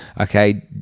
Okay